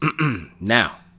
Now